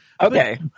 Okay